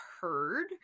heard